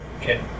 Okay